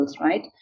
right